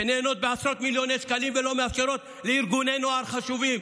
שנהנות מעשרות מיליוני שקלים ולא מאפשרות לארגוני נוער חשובים.